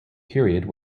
period